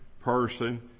person